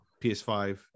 PS5